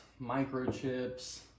microchips